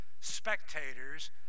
spectators